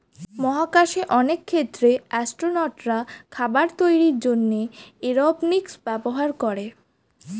মহাকাশে অনেক ক্ষেত্রে অ্যাসট্রোনটরা খাবার তৈরির জন্যে এরওপনিক্স ব্যবহার করে